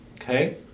okay